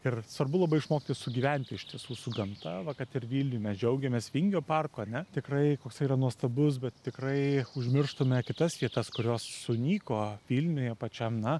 ir svarbu labai išmokti sugyventi iš tiesų su gamta va kad ir vilniuj mes džiaugiamės vingio parku ane tikrai koksai yra nuostabus bet tikrai užmirštame kitas vietas kurios sunyko vilniuje pačiam na